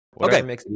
Okay